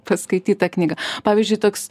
paskaityt tą knygą pavyzdžiui toks